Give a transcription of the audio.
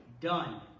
done